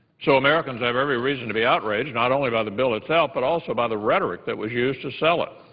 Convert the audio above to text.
so americans have every reason to be outraged, not only by the bill itself but also by the rhetoric that was used to sell it,